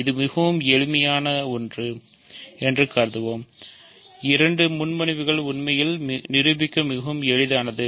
இது மிகவும் எளிமையானது என்று கருதுவோம் இரண்டு முன்மொழிவுகளும் உண்மையில் நிரூபிக்க மிகவும் எளிதானது